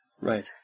Right